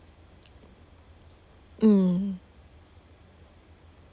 mm